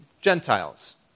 Gentiles